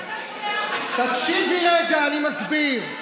תקשיבי רגע, אני מסביר.